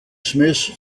smith